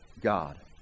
God